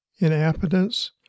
inappetence